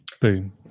boom